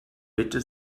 bitte